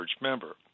member